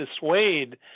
dissuade